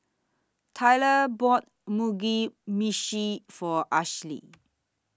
Tyler bought Mugi Meshi For Ashli